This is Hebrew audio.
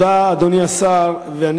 אדוני השר, תודה.